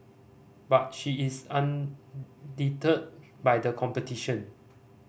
but she is undeterred by the competition